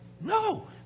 no